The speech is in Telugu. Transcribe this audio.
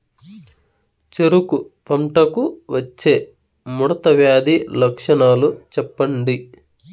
చెరుకు పంటకు వచ్చే ముడత వ్యాధి లక్షణాలు చెప్పండి?